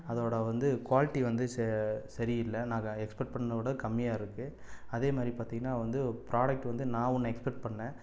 அதோட வந்து குவாலிட்டி வந்து சரி இல்லை நாங்கள் எக்ஸ்போட் பண்ணத விட கம்மியாக இருக்கு அதே மாதிரி பார்த்திங்கன்னா வந்து ப்ராடக்ட் வந்து நான் ஒன்று எக்ஸ்பேட் பண்ணேன்